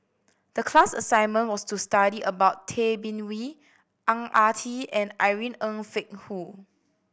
the class assignment was to study about Tay Bin Wee Ang Ah Tee and Irene Ng Phek Hoong